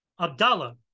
Abdallah